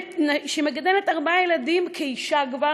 מגדלת ארבעה ילדים כאישה כבר,